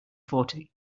fourty